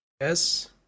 Yes